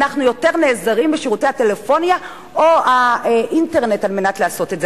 אנחנו יותר נעזרים בשירותי הטלפוניה או האינטרנט על מנת לעשות את זה?